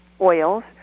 oils